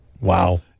Wow